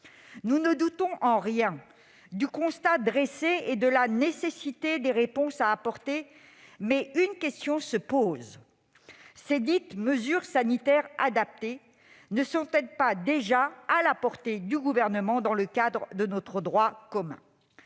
Nous ne doutons en rien du constat dressé et de la nécessité des réponses à apporter. Mais une question se pose : ces dites mesures sanitaires adaptées ne sont-elles pas d'ores et déjà à la portée du Gouvernement dans le cadre de notre droit commun ?